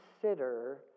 consider